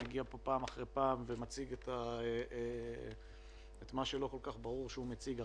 שמגיע לפה פעם אחר פעם ומציג את מה שלא כל כך ברור שהוא מציג.